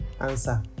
Answer